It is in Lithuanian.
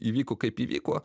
įvyko kaip įvyko